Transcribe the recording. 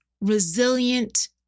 resilient